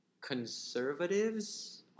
conservatives